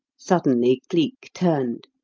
suddenly cleek turned.